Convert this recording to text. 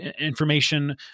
information